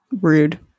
Rude